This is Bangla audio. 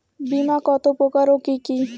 বীমা কত প্রকার ও কি কি?